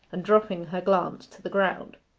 and dropping her glance to the ground.